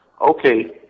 okay